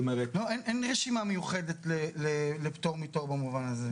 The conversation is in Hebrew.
אין רשימה מיוחדת לפטור מתור במובן הזה.